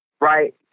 right